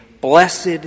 blessed